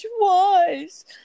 twice